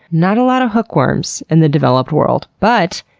not a lot of hookworms in the developed world. but,